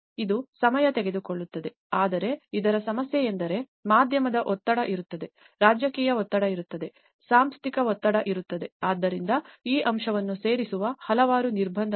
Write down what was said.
ಇದು ಸಮಯ ತೆಗೆದುಕೊಳ್ಳುತ್ತದೆ ಆದರೆ ಇದರ ಸಮಸ್ಯೆಯೆಂದರೆ ಮಾಧ್ಯಮದ ಒತ್ತಡ ಇರುತ್ತದೆ ರಾಜಕೀಯ ಒತ್ತಡ ಇರುತ್ತದೆ ಸಾಂಸ್ಥಿಕ ಒತ್ತಡ ಇರುತ್ತದೆ ಆದ್ದರಿಂದ ಈ ಅಂಶವನ್ನು ಸೇರಿಸುವ ಹಲವಾರು ನಿರ್ಬಂಧಗಳು